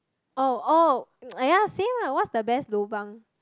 oh oh !aiya! say lah what's the best lobang